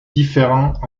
différent